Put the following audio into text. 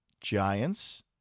Giants